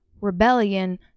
rebellion